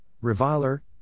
reviler